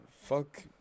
Fuck